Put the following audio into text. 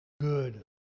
good